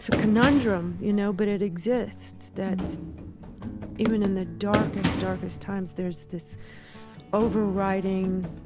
so conundrum, you know, but it exists, that even in the darkest, darkest times there's this overriding